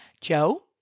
Joe